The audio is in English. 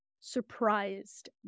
surprised